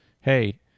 hey